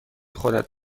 خودت